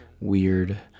weird